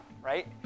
right